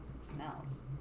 smells